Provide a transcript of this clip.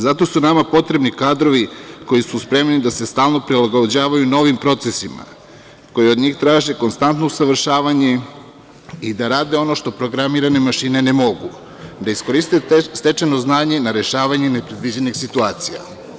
Zato su nama potrebni kadrovi koji su spremni da se stalno prilagođavaju novim procesima, koji od njih traže konstantno usavršavanje i da rade ono što programirane mašine ne mogu, da iskoriste stečeno znanje na rešavanju nepredviđenih situacija.